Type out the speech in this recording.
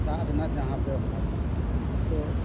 ᱫᱟᱜ ᱨᱮᱱᱟᱜ ᱡᱟᱦᱟᱸ ᱵᱮᱣᱦᱟᱨ ᱛᱚ